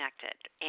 connected